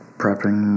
prepping